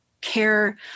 care